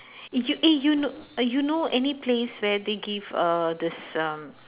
eh you eh you kno~ you know any place where they give err this um